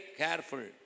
careful